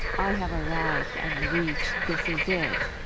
i have arrived, i've reached, this is it,